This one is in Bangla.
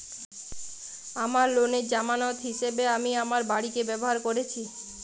আমার লোনের জামানত হিসেবে আমি আমার বাড়িকে ব্যবহার করেছি